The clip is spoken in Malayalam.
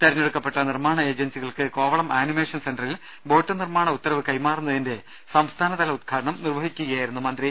തെരഞ്ഞെടുക്കപ്പെട്ട നിർമ്മാണ ഏജൻസികൾക്ക് കോവളം ആനിമേഷൻ സെന്ററിൽ ബോട്ട് നിർമ്മാണ ഉത്തരവ് കൈമാറുന്നതിന്റെ സംസ്ഥാനതല ഉദ്ഘാടനം നിർവഹിക്കു കയായിരുന്നു മന്ത്രി